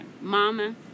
mama